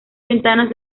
ventanas